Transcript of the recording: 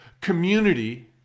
community